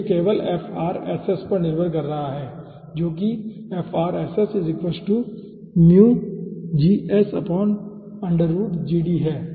तो यह केवल Frss पर निर्भर है जो कि है ठीक है